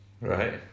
Right